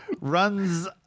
runs